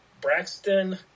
Braxton